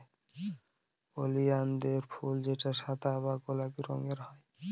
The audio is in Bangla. ওলিয়ানদের ফুল যেটা সাদা বা গোলাপি রঙের হয়